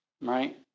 Right